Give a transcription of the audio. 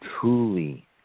truly